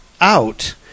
out